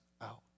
out